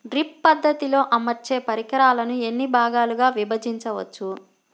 Drip పద్ధతిలో అమర్చే పరికరాలను ఎన్ని భాగాలుగా విభజించవచ్చు?